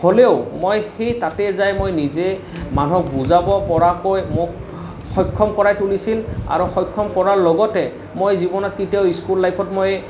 হ'লেও মই সেই তাতেই যায় মই নিজেই মানুহক বুজাব পৰাকৈ মোক সক্ষম কৰাই তুলিছিল আৰু সক্ষম কৰাৰ লগতে মই জীৱনত কেতিয়াও স্কুল লাইফত মই